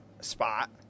spot